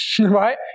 right